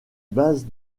base